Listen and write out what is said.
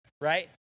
right